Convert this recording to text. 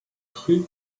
crue